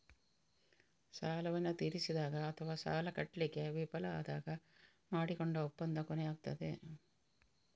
ಸಾಲವನ್ನ ತೀರಿಸಿದಾಗ ಅಥವಾ ಸಾಲ ಕಟ್ಲಿಕ್ಕೆ ವಿಫಲ ಆದಾಗ ಮಾಡಿಕೊಂಡ ಒಪ್ಪಂದ ಕೊನೆಯಾಗ್ತದೆ